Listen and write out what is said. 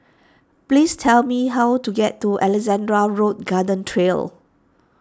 please tell me how to get to Alexandra Road Garden Trail